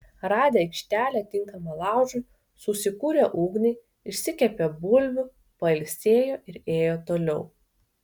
radę aikštelę tinkamą laužui susikūrė ugnį išsikepė bulvių pailsėjo ir ėjo toliau